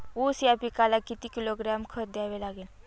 ऊस या पिकाला किती किलोग्रॅम खत द्यावे लागेल?